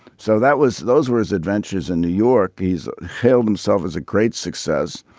so that was those were his adventures in new york. he's held himself as a great success.